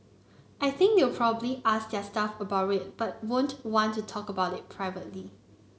I think they'll probably ask their staff about it but won't want to talk about it publicly